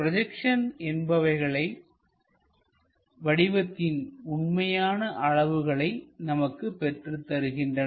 projection என்பவைகளே வடிவத்தின் உண்மையான அளவுகளை நமக்கு பெற்றுத் தருகின்றன